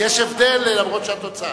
יש הבדל, למרות התוצאה.